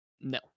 No